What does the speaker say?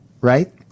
right